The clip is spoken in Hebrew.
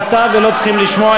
נא לשבת.